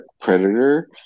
Predator